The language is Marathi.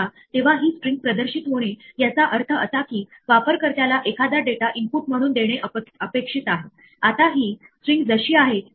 तर तुम्ही एक संदेश दर्शवू शकता आणि युजरला त्या फाईलचे नाव पुन्हा टाईप करण्यास सांगू शकता असे म्हणत की सांगितलेली फाईल अस्तित्वात नाही